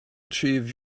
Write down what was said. achieve